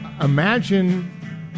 Imagine